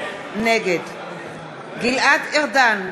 נגד גלעד ארדן,